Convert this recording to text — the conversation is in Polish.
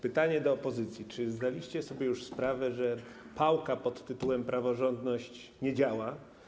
Pytanie do opozycji: Czy zdaliście sobie już sprawę, że pałka pod tytułem praworządność nie działa?